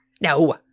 No